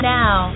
now